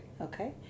okay